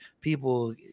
people